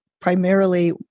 primarily